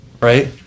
right